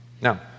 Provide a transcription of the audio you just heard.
Now